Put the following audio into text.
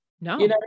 No